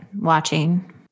watching